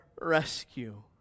rescue